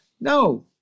No